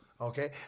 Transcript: Okay